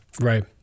right